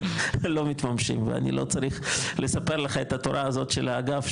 לא מתממשים ואני לא צריך לספר לך את התורה הזאת של האגף,